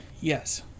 Yes